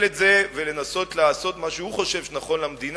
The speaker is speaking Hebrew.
את זה ולנסות לעשות מה שהוא חושב נכון למדינה.